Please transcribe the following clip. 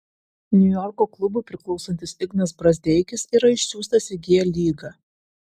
niujorko klubui priklausantis ignas brazdeikis yra išsiųstas į g lygą